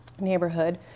neighborhood